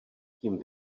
tím